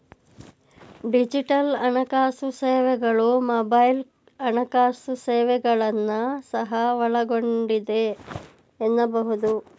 digital ಹಣಕಾಸು ಸೇವೆಗಳು mobile ಹಣಕಾಸು ಸೇವೆಗಳನ್ನ ಸಹ ಒಳಗೊಂಡಿದೆ ಎನ್ನಬಹುದು